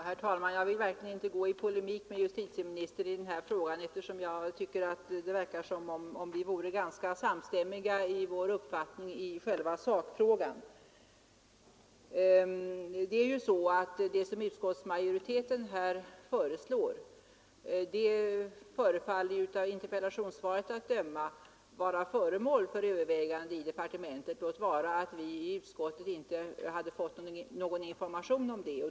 Herr talman! Jag vill verkligen inte gå i polemik med justitieministern i denna fråga, eftersom det verkar som om vi vore ganska samstämmiga i vår uppfattning i själva sakfrågan. Vad utskottsmajoriteten föreslår tycks av interpellationssvaret att döma vara föremål för överväganden i departementet, låt vara att vi i utskottet inte hade fått någon information om det.